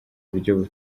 buryo